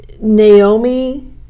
Naomi